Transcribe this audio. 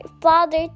father